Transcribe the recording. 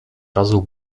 razu